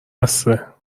بسه